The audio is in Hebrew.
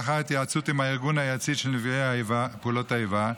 לאחר התייעצות עם הארגון היציג של נפגעי פעולות האיבה,